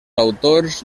autors